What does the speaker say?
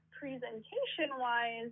presentation-wise